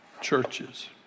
churches